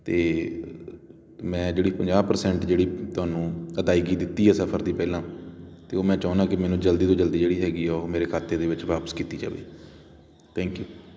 ਅਤੇ ਮੈਂ ਜਿਹੜੀ ਪੰਜਾਹ ਪਰਸੈਂਟ ਜਿਹੜੀ ਤੁਹਾਨੂੰ ਅਦਾਇਗੀ ਦਿੱਤੀ ਹੈ ਸਫਰ ਦੀ ਪਹਿਲਾਂ ਅਤੇ ਉਹ ਮੈਂ ਚਾਹੁੰਦਾ ਕਿ ਮੈਨੂੰ ਜਲਦੀ ਤੋਂ ਜਲਦੀ ਜਿਹੜੀ ਹੈਗੀ ਆ ਉਹ ਮੇਰੇ ਖਾਤੇ ਦੇ ਵਿੱਚ ਵਾਪਸ ਕੀਤੀ ਜਾਵੇ ਥੈਂਕ ਯੂ